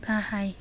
गाहाय